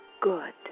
good